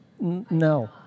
No